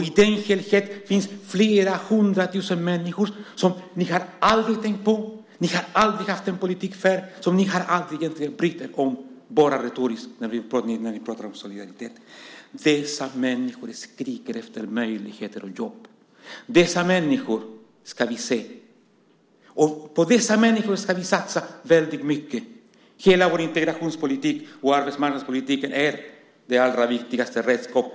I den helheten finns flera hundratusen människor som ni aldrig har tänkt på, som ni aldrig har haft en politik för och som ni aldrig har brytt er om - bara retoriskt när ni pratar om solidaritet. Dessa människor skriker efter möjligheter och jobb. Dessa människor ska vi se. Vi ska satsa mycket på dessa människor. Hela vår integrationspolitik och arbetsmarknadspolitik är det viktigaste redskapet.